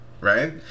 right